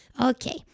Okay